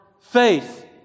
faith